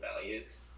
values